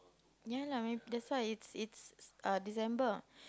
ya lah may that's why it's it's uh December